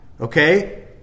Okay